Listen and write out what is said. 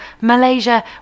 Malaysia